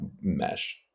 mesh